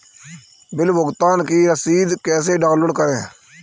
Bill भुगतान की रसीद कैसे डाउनलोड करें?